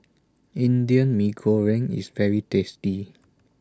Indian Mee Goreng IS very tasty